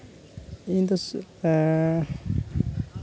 ᱤᱧᱫᱚ